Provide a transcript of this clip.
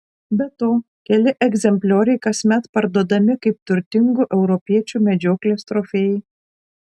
be to keli egzemplioriai kasmet parduodami kaip turtingų europiečių medžioklės trofėjai